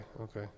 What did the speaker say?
okay